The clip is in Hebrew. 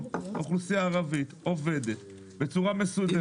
האוכלוסייה הערבית עובדת בצורה מסודרת.